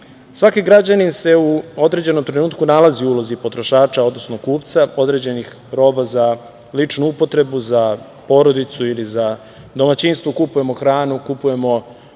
građanin se u određenom trenutku nalazi u ulozi potrošača odnosno kupca određenih roba za ličnu upotrebu, za porodicu ili za domaćinstvo. Kupujemo hranu, odeću,